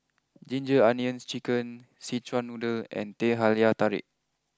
Ginger Onions Chicken Szechuan Noodle and Teh Halia Tarik